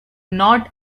not